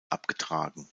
abgetragen